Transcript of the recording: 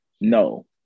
no